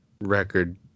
record